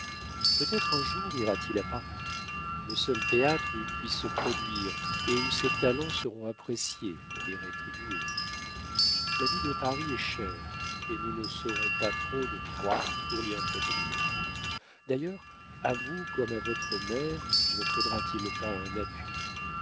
peut-être un jour ira-t-il à paris le seul théâtre où il puisse se produire et où ses talents seront appréciés et rétribués la vie de paris est chère et nous ne serons pas trop de trois pour l'y entretenir d'ailleurs à vous comme à votre mère ne faudra-t-il pas un appui